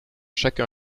chacun